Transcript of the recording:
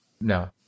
no